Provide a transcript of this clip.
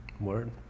Word